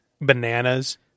bananas